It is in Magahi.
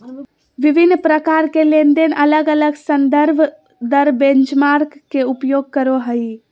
विभिन्न प्रकार के लेनदेन अलग अलग संदर्भ दर बेंचमार्क के उपयोग करो हइ